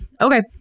Okay